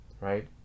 right